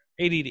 add